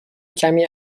کمی